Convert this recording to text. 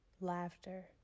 laughter